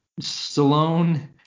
Stallone